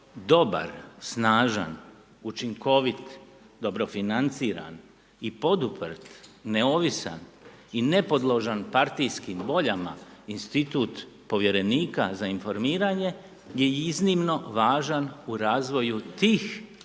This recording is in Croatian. dobar, snažan, učinkovit, dobro financiran i poduprt, neovisan i nepodložan partijskim voljama, institut Povjerenika za informiranje, je iznimno važan u razvoju tih,